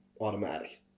automatic